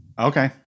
Okay